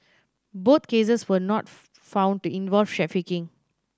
both cases were not found to involve trafficking